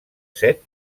set